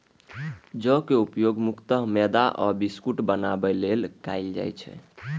जौ के उपयोग मुख्यतः मैदा आ बिस्कुट बनाबै लेल कैल जाइ छै